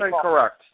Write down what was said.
correct